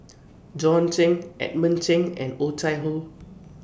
John Clang Edmund Cheng and Oh Chai Hoo